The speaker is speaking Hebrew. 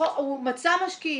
--- הוא מצא משקיעים,